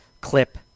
clip